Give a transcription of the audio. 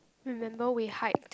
remember we hike